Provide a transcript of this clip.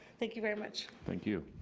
thank you very much. thank you.